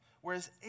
whereas